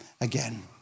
again